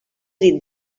dit